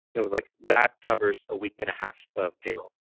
it was like that covers a week and a half of payroll.